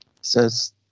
Says